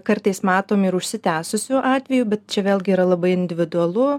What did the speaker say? kartais matom ir užsitęsusių atvejų bet čia vėlgi yra labai individualu